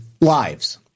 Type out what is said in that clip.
lives